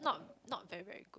not not very very good